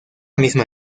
misma